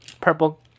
Purple